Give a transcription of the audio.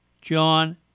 John